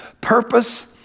purpose